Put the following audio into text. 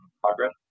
progress